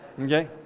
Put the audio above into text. Okay